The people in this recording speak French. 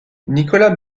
nicolas